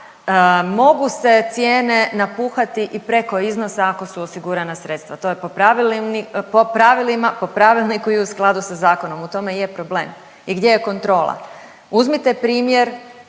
mogu se cijene napuhati i preko iznosa ako su osigurana sredstva, to je po pravilima, po pravilniku i u skladu sa zakonom. U tome i je problem i gdje je kontrola? Uzmite primjer